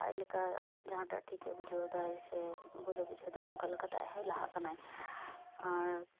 ᱟᱡᱞᱮᱠᱟ ᱟᱡ ᱡᱟᱦᱟᱸᱴᱟᱜ ᱴᱷᱤᱠᱮ ᱵᱩᱡᱷᱟᱣ ᱮᱫᱟ ᱥᱮ ᱵᱷᱩᱞᱮ ᱵᱩᱡᱷᱟᱹᱣᱮᱫᱟ ᱚᱱᱠᱟ ᱞᱮᱠᱟᱛᱮ ᱟᱡᱦᱚᱸᱭ ᱞᱟᱦᱟᱜ ᱠᱟᱱᱟ ᱟᱨ